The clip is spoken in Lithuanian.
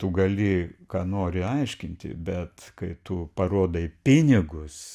tu gali ką nori aiškinti bet kai tu parodai pinigus